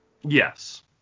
Yes